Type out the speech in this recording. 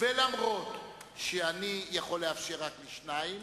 אף שאני יכול לאפשר רק לשניים,